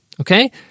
okay